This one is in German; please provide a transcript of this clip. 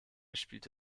spielte